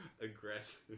aggressive